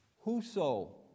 Whoso